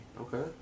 Okay